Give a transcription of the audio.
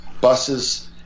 buses